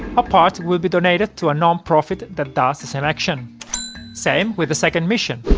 a part will be donated to a non-profit that does the same action same with the second mission,